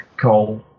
coal